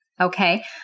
Okay